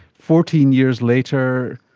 fourteen years later,